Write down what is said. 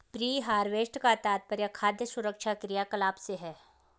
pre harvest का तात्पर्य खाद्य सुरक्षा क्रियाकलाप से है